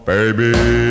Baby